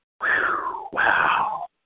Wow